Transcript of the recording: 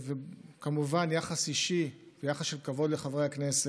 וכמובן, יחס אישי ויחס של כבוד לחברי הכנסת.